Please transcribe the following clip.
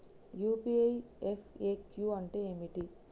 UPI FAQ అంటే ఏమిటి?